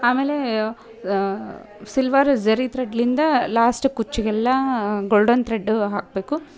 ಆಮೇಲೆ ಸಿಲ್ವರ್ ಜರಿ ತ್ರೆಡ್ನಿಂದ ಲಾಸ್ಟ್ ಕುಚ್ಚಿಗೆಲ್ಲ ಗೋಲ್ಡನ್ ತ್ರೆಡ್ಡು ಹಾಕಬೇಕು